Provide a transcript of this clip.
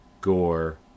Gore